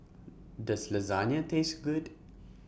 Does Lasagna Taste Good